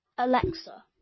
Alexa